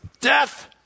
Death